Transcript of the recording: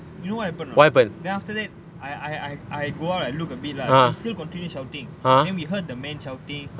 you know what happen or not then after that I I I go out I look a bit lah she still continue shouting then we heard the man shouting